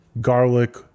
garlic